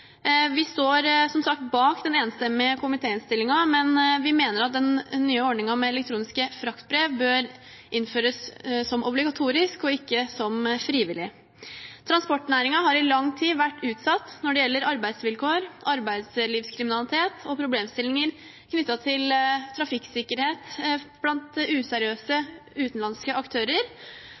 Vi står som sagt bak den enstemmige komitéinnstillingen, men vi mener at den nye ordningen med elektroniske fraktbrev bør innføres som obligatorisk og ikke som frivillig. Transportnæringen har i lang tid vært utsatt når det gjelder arbeidsvilkår, arbeidslivskriminalitet og problemstillinger knyttet til trafikksikkerhet blant useriøse utenlandske aktører.